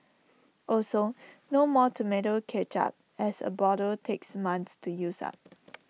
also no more Tomato Ketchup as A bottle takes months to use up